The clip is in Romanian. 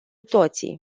toții